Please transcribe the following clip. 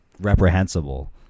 reprehensible